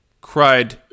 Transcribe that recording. cried